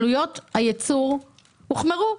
עלויות הייצור הוחמרו,